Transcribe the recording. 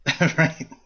Right